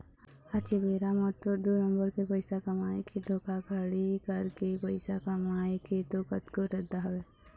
आज के बेरा म तो दू नंबर के पइसा कमाए के धोखाघड़ी करके पइसा कमाए के तो कतको रद्दा हवय